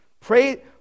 Pray